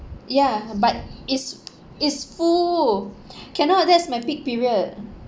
ya but it's it's full cannot that's my peak period